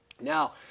Now